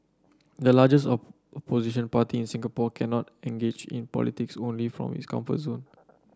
the largest opposition party in Singapore cannot engage in politics only from its comfort zone